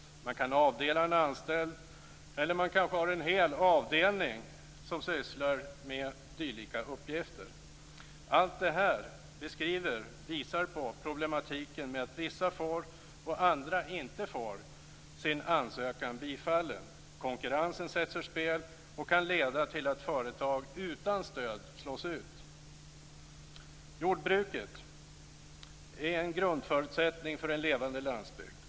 Man kan avdela en anställd, eller också kanske man har en hel avdelning som sysslar med dylika uppgifter. Allt det här jag beskriver visar på problematiken med att vissa får och andra inte får sin ansökan bifallen. Konkurrensen sätts ur spel och kan leda till att företag utan stöd slås ut. Jordbruket är en grundförutsättning för en levande landsbygd.